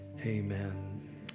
Amen